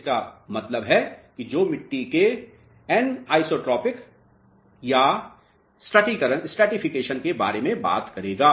इसका मतलब है कि जो मिट्टी के अनिसोट्रॉपी या स्तरीकरण के बारे में बात करेगा